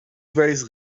veis